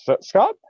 scott